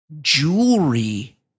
jewelry